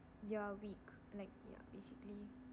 you are weak like ya basically